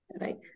right